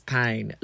pain